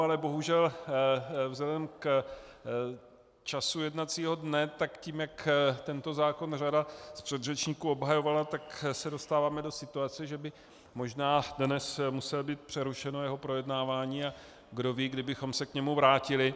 Ale bohužel vzhledem k času jednacího dne a tím, jak tento zákon řada předřečníků obhajovala, tak se dostáváme do situace, že by možná dnes muselo být přerušeno jeho projednávání a kdoví kdy bychom se k němu vrátili.